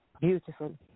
beautiful